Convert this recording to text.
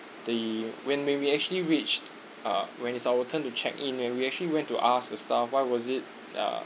the when when we actually reached uh when it's our turn to check in and we actually went to ask the staff why was it uh